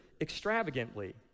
extravagantly